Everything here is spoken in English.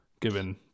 given